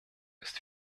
ist